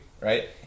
right